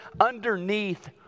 Underneath